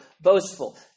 boastful